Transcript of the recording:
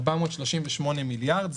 438 מיליארד,